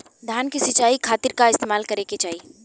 धान के सिंचाई खाती का इस्तेमाल करे के चाही?